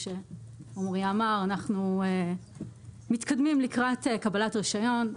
אנחנו מתקדמים לקראת קבלת רישיון.